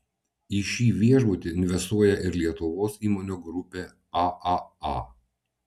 į šį viešbutį investuoja ir lietuvos įmonių grupė aaa